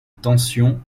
tension